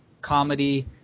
comedy